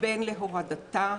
בין להורדתה,